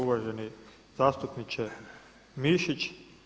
Uvaženi zastupniče Mišić.